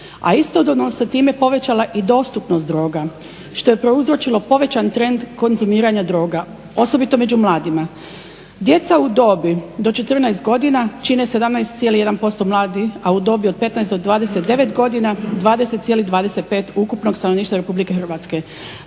Isto se tako povećala i dostupnost droga što je prouzročilo povećan trend konzumiranja droga osobito među mladima. Djeca u dobi do četrnaest godina čine 17,1 mladih, a u dobi od 15 do 29 godina 20,25 ukupnog stanovništva Republike Hrvatske.